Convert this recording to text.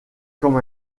comme